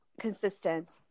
consistent